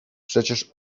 przecież